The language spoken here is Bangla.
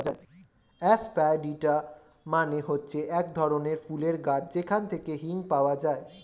এসাফিটিডা মানে হচ্ছে এক ধরনের ফুলের গাছ যেখান থেকে হিং পাওয়া যায়